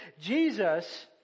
Jesus